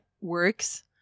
works